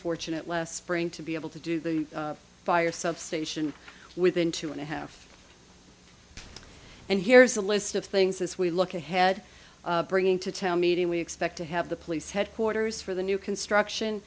fortunate last spring to be able to do the fire substation within two and a half and here's the list of things as we look ahead bringing to town meeting we expect to have the police headquarters for the new construction